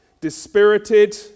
dispirited